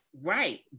Right